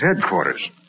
headquarters